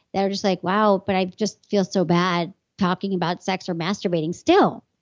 that are just like, wow, but i just feel so bad talking about sex or masturbating still.